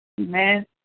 Amen